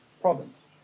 province